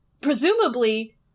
presumably